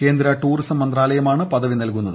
കേന്ദ്ര ടൂറിസം മന്ത്രാലയമാണ് പദവി നൽകുന്നത്